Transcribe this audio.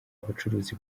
abacuruzi